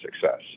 success